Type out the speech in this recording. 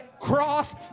cross